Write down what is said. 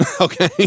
Okay